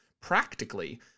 practically